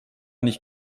nicht